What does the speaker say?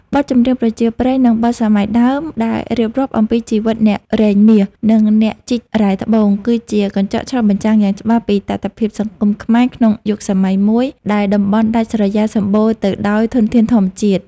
បទចម្រៀងប្រជាប្រិយ និងបទសម័យដើមដែលរៀបរាប់អំពីជីវិតអ្នករែងមាស និងអ្នកជីករ៉ែត្បូង គឺជាកញ្ចក់ឆ្លុះបញ្ចាំងយ៉ាងច្បាស់ពីតថភាពសង្គមខ្មែរក្នុងយុគសម័យមួយដែលតំបន់ដាច់ស្រយាលសម្បូរទៅដោយធនធានធម្មជាតិ។